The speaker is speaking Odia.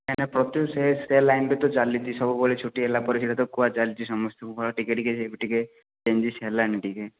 କାହିଁକି ନା ପ୍ରତ୍ୟୁଷ ସେ ସେ ଲାଇନରୁ ତ ଚାଲିଛି ସବୁବେଳେ ଛୁଟି ହେଲା ପରେ ସେଇଟା ତ କୁହା ଚାଲିଛି ସମସ୍ତଙ୍କୁ ଟିକେ ଟିକେ ଟିକେ ଚେଞ୍ଜେସ୍ ହେଲାଣି ଟିକେ